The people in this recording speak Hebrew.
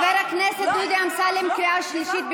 חבר הכנסת דודי אמסלם, קריאה שלישית.